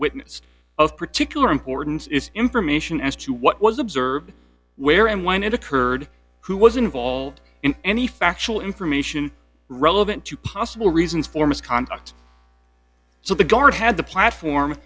witnessed of particular importance information as to what was observed where and when it occurred who was involved in any factual information relevant to possible reasons for misconduct so the guard had the platform